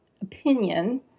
opinion